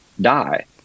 die